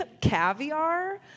caviar